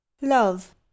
love